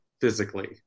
physically